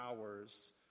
hours